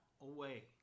away